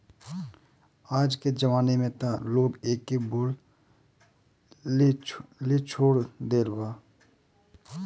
आजके जमाना में त लोग एके बोअ लेछोड़ देले बा